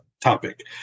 topic